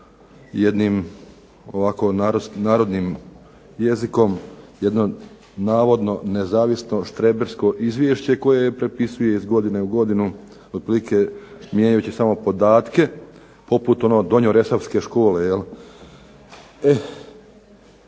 jednim ovako narodnim jezikom, jedno navodno nezavisno štrebersko izvješće koje prepisuje iz godine u godinu otprilike mijenjajući samo podatke poput ono donjoresorske škole. E